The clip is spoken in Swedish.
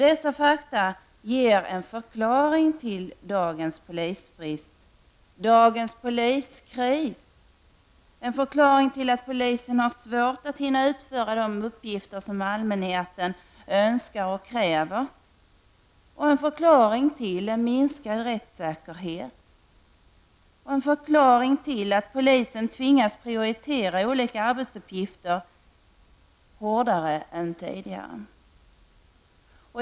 Dessa fakta ger en förklaring till dagens polisbrist, dagens poliskris, och till att polisen har svårt att hinna utföra de uppgifter som allmänheten önskar och kräver. Det ger en förklaring till en minskad rättssäkerhet och en förklaring till att polisen tvingas prioritera olika arbetsuppgifter hårdare än tidigare.